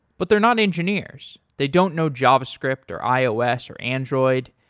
but they're not engineers. they don't know javascript or ios or android,